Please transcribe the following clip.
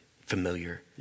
familiar